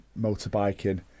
motorbiking